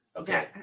Okay